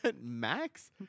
max